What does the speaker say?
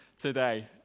today